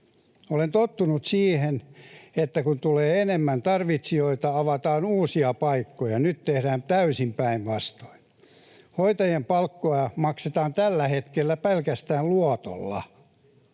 Olen tottunut siihen, että kun tulee enemmän tarvitsijoita, avataan uusia paikkoja. Nyt tehdään täysin päinvastoin. Hoitajien palkkoja maksetaan tällä hetkellä pelkästään luotolla.